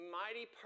mighty